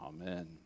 Amen